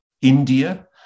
India